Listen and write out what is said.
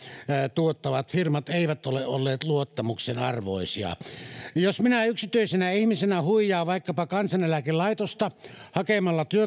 tuottavat firmat eivät ole olleet luottamuksen arvoisia jos minä yksityisenä ihmisenä huijaan vaikkapa kansaneläkelaitosta hakemalla